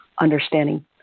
understanding